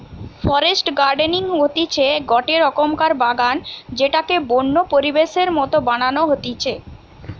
forest gardening হতিছে গটে রকমকার বাগান যেটাকে বন্য পরিবেশের মত বানানো হতিছে